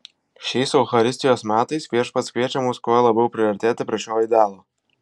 šiais eucharistijos metais viešpats kviečia mus kuo labiau priartėti prie šio idealo